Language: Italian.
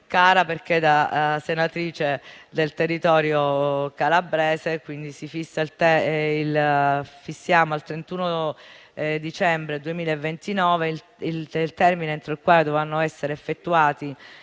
da senatrice del territorio calabrese. Fissiamo al 31 dicembre 2029 il termine entro il quale dovranno essere effettuati